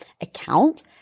account